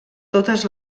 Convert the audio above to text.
totes